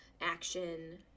Action